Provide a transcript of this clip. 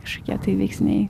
kažkokie tai veiksniai